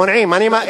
מונעים, מונעים.